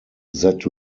that